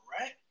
right